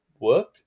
work